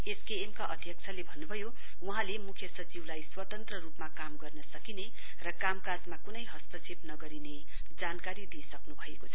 SKM का अध्यक्षले भन्नुभयो वहाँले मुख्य सचिवलाई स्वतन्त्र रुपमा काम गर्न सक्ने र कामकाजमा कुनै हस्तक्षेप नगरिने जानकारी दिइसक्नु भएको छ